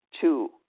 Two